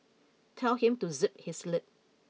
tell him to zip his lip